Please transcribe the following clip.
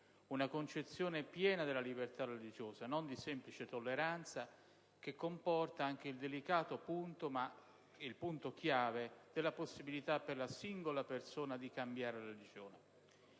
una concezione piena della libertà religiosa, non di semplice tolleranza, che prevede anche il punto delicato ma chiave della possibilità per la singola persona di cambiare religione.